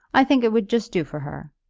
i think it would just do for her.